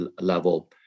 level